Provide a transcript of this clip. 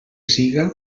siga